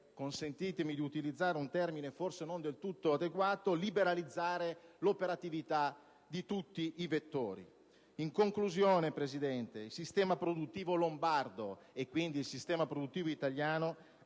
consentitemi di utilizzare un termine forse non del tutto adeguato - liberalizzare l'operatività di tutti i vettori. In conclusione, Presidente, il sistema produttivo lombardo e quindi il sistema produttivo italiano